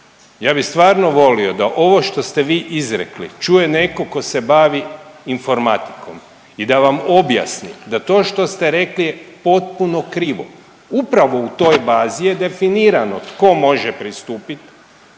ja bi stvarno volio da ovo što ste vi izrekli čuje neko ko se bavi informatikom i da vam objasni da to što ste rekli potpuno krivo. Upravo u toj bazi je definirano tko može pristupit,